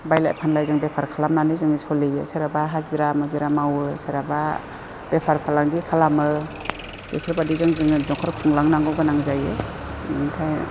बायलाय फानलाय जों बेफार खालामनानै जोङो सोलियो सोरहाबा हाजिरा मुजिरा मावो सोरहाबा बेफार फालांगि खालामो बेफोरबायदिजों जोङो न'खर खुंलांनांगौ गोनां जायो बेनिफ्राय